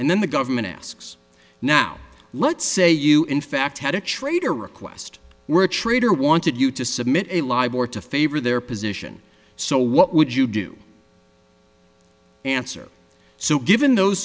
and then the government asks now let's say you in fact had a trader request where a trader wanted you to submit it live or to favor their position so what would you do answer so given those